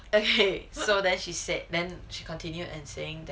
okay so then she said then she continued and saying that